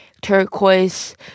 turquoise